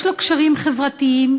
יש לו קשרים חברתיים,